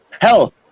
hell